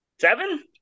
Seven